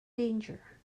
danger